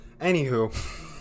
Anywho